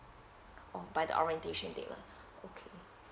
oh by the orientation date line okay